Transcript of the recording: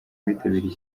abitabiriye